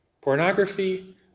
pornography